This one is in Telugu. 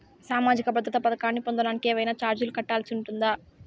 సామాజిక భద్రత పథకాన్ని పొందడానికి ఏవైనా చార్జీలు కట్టాల్సి ఉంటుందా?